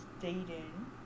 dating